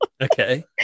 Okay